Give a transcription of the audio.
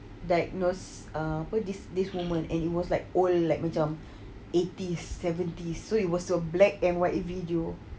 diagnose ah this woman and it was like old like macam eighties seventies so it was a black and white video